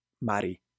Mari